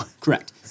Correct